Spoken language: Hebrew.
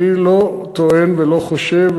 ואני לא טוען ולא חושב,